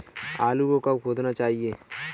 आलू को कब खोदना चाहिए?